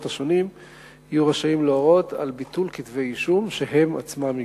השונים יהיו רשאים להורות על ביטול כתבי אישום שהם עצמם הגישו.